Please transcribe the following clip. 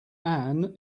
ann